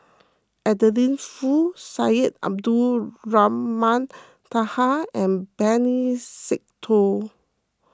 Adeline Foo Syed Abdulrahman Taha and Benny Se Teo